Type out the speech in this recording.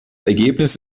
ergebnis